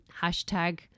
hashtag